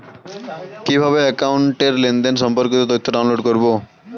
কিভাবে একাউন্টের লেনদেন সম্পর্কিত তথ্য ডাউনলোড করবো?